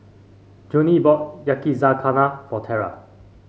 Joanie bought Yakizakana for Tyrel